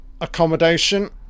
accommodation